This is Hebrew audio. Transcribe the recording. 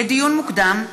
לדיון מוקדם,